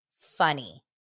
funny